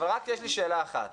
אבל יש לי רק שאלה אחת,